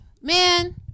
man